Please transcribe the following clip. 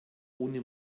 ohne